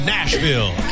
Nashville